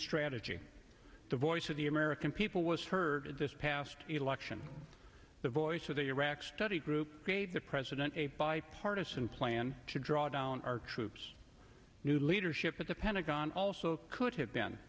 strategy the voice of the american people was heard this past election the voice of the iraq study group the president a bipartisan plan to draw down our troops new leadership at the pentagon also could have been